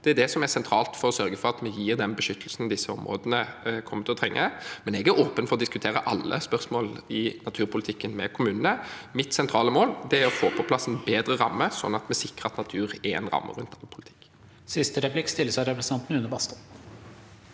Det er det som er sentralt for å sørge for at vi gir den beskyttelsen disse områdene kommer til å trenge. Jeg er åpen for å diskutere alle spørsmål i naturpolitikken med kommunene. Mitt sentrale mål er å få på plass en bedre ramme, sånn at vi sikrer at natur er en ramme rundt den politikken. Une Bastholm (MDG) Grunnen til at